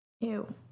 Ew